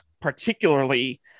particularly